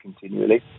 continually